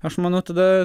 aš manau tada